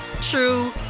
true